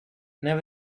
never